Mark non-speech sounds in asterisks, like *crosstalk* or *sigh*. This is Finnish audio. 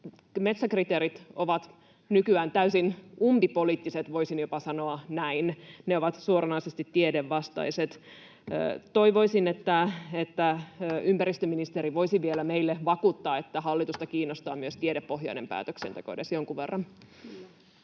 metsäkriteerit ovat nykyään täysin umpipoliittiset, voisin jopa sanoa näin. Ne ovat suoranaisesti tiedevastaiset. *noise* Toivoisin, että ympäristöministeri voisi vielä meille vakuuttaa, että hallitusta kiinnostaa myös tiedepohjainen päätöksenteko edes jonkun verran. Edustaja